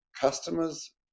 customers